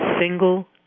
single